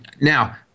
Now